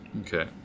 okay